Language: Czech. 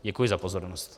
Děkuji za pozornost.